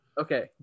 Okay